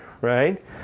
right